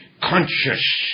conscious